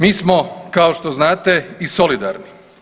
Mi smo kao što znate i solidarni.